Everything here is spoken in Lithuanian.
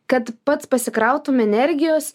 kad pats pasikrautum energijos